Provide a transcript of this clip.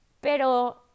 pero